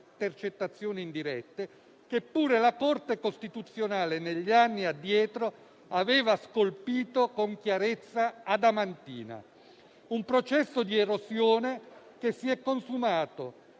intercettazioni indirette che pure la Corte costituzionale negli anni addietro aveva scolpito con chiarezza adamantina. Un processo di erosione che si è consumato